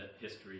history